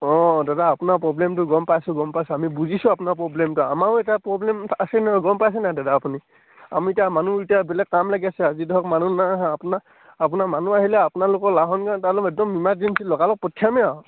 অঁ দাদা আপোনাৰ প্ৰব্লেমটো গম পাইছোঁ গ'ম পাইছোঁ আমি বুজিছোঁ আপোনাৰ প্ৰব্লেমটো আমাৰো এতিয়া প্ৰব্লেম আছে নহয় গম পাইছে নাই দাদা আপুনি আমি এতিয়া মানুহ এতিয়া বেলেগ কাম লাগি আজি ধৰক মানুহ নাই অহা আপোনাৰ আপোনাৰ মানুহ আহিলে আপোনালোকৰ লাহন গাঁও তালৈ একদম ইমাৰজেঞ্চি লগালগ পঠিয়ামেই আৰু